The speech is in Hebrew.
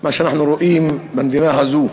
מה שאנחנו רואים במדינה הזאת,